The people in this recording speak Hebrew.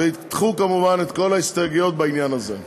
וידחו, כמובן, את כל ההסתייגויות בעניין הזה.